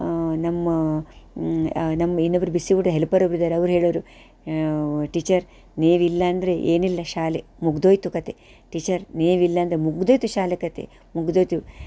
ನಮ್ಮ ನಮ್ಮ ಇನ್ನೊಬ್ಬರು ಬಿಸಿ ಊಟದ ಹೆಲ್ಪರ್ ಒಬ್ಬರಿದಾರೆ ಅವ್ರು ಹೇಳೋವ್ರು ಟೀಚರ್ ನೀವು ಇಲ್ಲ ಅಂದರೆ ಏನೂ ಇಲ್ಲ ಶಾಲೆ ಮುಗ್ದು ಹೋಯಿತು ಕಥೆ ಟೀಚರ್ ನೀವಿಲ್ಲ ಅಂದರೆ ಮುಗಿದೋಯ್ತು ಶಾಲೆ ಕಥೆ ಮುಗಿದೋಯ್ತು